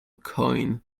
coin